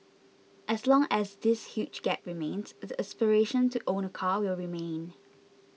as long as this huge gap remains the aspiration to own a car will remain